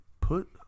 Put